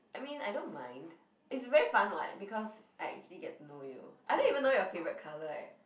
I mean I don't mind it's very fun [what] because I actually get to know you I don't even know your favorite colour eh